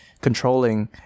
controlling